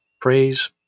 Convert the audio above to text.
Praise